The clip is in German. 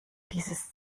dieses